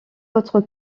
autre